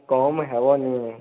କମ୍ ହେବନି ଆଜ୍ଞା